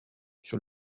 sur